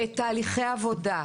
תהליכי עבודה.